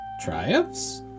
triumphs